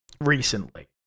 recently